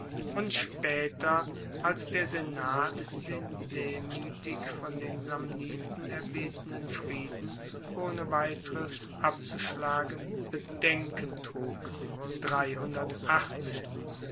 und spaeter als der senat den demuetig von den samniten erbetenen frieden ohne weiteres abzuschlagen bedenken trug